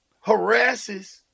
harasses